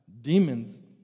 demons